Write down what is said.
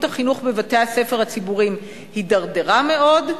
החינוך בבתי-הספר הציבוריים הידרדרה מאוד,